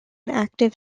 active